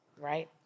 Right